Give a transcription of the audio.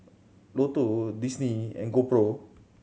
Lotto Disney and GoPro